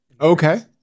Okay